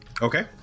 okay